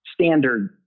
Standard